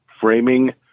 framing